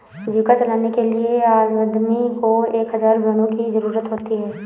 जीविका चलाने के लिए आदमी को एक हज़ार भेड़ों की जरूरत होती है